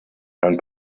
ein